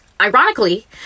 Ironically